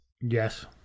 Yes